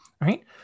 right